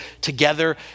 together